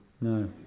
No